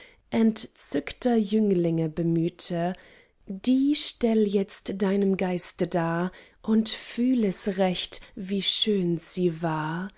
entzückter jünglinge bemühte die stell itzt deinem geiste dar und fühl es recht wie schön sie war